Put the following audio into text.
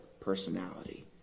personality